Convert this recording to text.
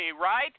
right